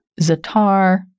Zatar